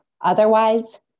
Otherwise